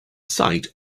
site